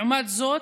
לעומת זאת,